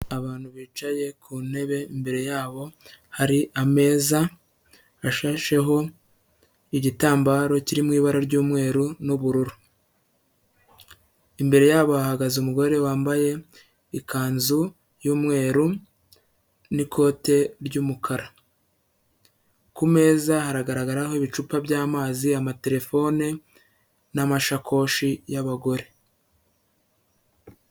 Abantu bicaye ku ntebe, imbere yabo hari ameza ashasheho igitambaro kiri mu ibara ry'umweru n'ubururu, imbere yabo hahagaze umugore wambaye ikanzu y'umweru n'ikote ry'umukara, ku meza haragaragaraho ibicupa by'amazi, amaterefone n'amashakoshi y'abagore.